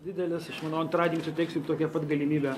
didelės aš manau antradienį suteiksim tokią pat galimybę